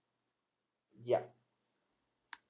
ya